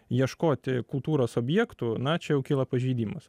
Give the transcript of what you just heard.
ieškoti kultūros objektų na čia jau kyla pažeidimas